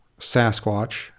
Sasquatch